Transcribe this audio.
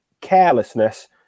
carelessness